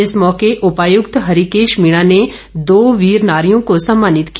इस मौके उपायक्त हरिकेश मीणा ने दो वीर नारियों को सम्मानित किया